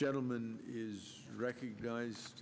gentleman is recognize